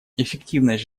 эффективность